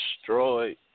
destroyed